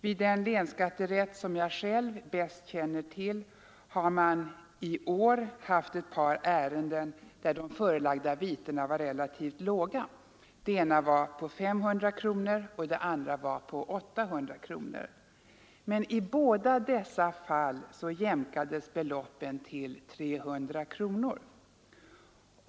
Vid den länsskatterätt som jag bäst känner till har man i år haft ett par ärenden, där de förelagda vitena varit relativt låga, det ena 500 och det andra 800 kronor, och i båda fallen jämkades beloppet till 300 kronor.